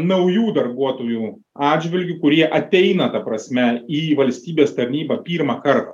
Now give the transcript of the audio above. naujų darbuotojų atžvilgiu kurie ateina ta prasme į valstybės tarnybą pirmą kartą